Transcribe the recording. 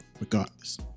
Regardless